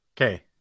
Okay